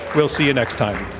we'll see you next time.